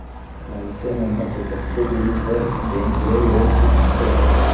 मनसे मन ह तो कतको जिनिस बर बेंक ले लोन उठाथे